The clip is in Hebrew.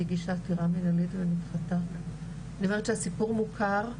הגישה עתירה מנהלית ונדחתה אני אומרת שהסיפור מוכר,